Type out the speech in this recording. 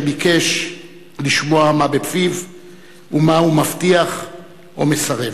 ביקש לשמוע מה בפיו ומה הוא מבטיח או מסרב.